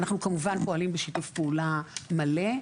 אנחנו כמובן פועלים בשיתוף פעולה מלא,